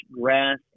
grass